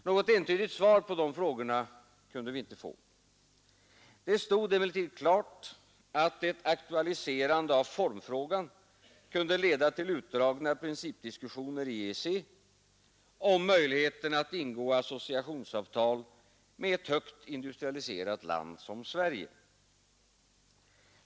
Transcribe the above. Något entydigt svar på de frågorna kunde vi inte erhålla. Det stod emellertid klart att ett aktualiserande av formfrågan kunde leda till utdragna principdiskussioner i EEC om möjligheten att ingå associationsavtal med ett högt industrialiserat land som Sverige.